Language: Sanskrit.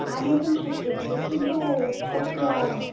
आनेतुं शक्यते किन्तु तस्य